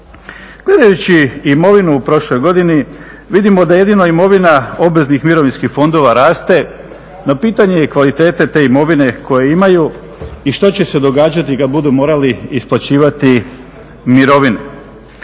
Gledajući imovinu u prošloj godini vidimo da jedino imovina obveznih mirovinskih fondova raste, no pitanje je kvalitete te imovine koju imaju i što će se događati kad budu morali isplaćivati mirovine.